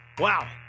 Wow